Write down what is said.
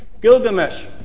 Gilgamesh